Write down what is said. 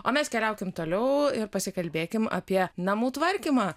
o mes keliaukim toliau ir pasikalbėkim apie namų tvarkymą